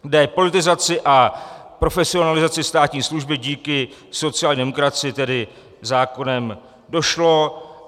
K depolitizaci a profesionalizaci státní služby díky sociální demokracii tedy zákonem došlo.